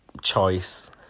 choice